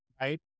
right